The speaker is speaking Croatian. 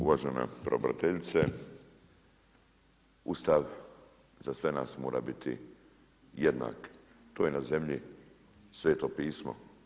Uvažena pravobraniteljice, Ustav za sve nas mora biti jednak, to je na zemlji Sveto pismo.